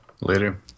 Later